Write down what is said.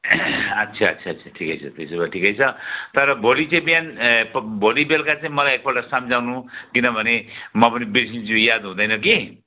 अच्छा अच्छा अच्छा ठिकै छ त्यसोभए ठिकै छ तर भोलि चाहिँ बिहान भोलि बेलुका चाहिँ मलाई एकपल्ट सम्झाउनु किनभने म पनि बिर्सिन्छु याद हुँदैन कि